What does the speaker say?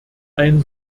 ein